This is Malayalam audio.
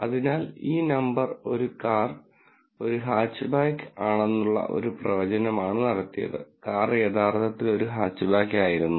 അതിനാൽ ഈ നമ്പർ കാർ ഒരു ഹാച്ച്ബാക്ക് ആണെന്നുള്ള ഒരു പ്രവചനമാണ് നടത്തിയത് കാർ യഥാർത്ഥത്തിൽ ഒരു ഹാച്ച്ബാക്ക് ആയിരുന്നു